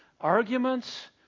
arguments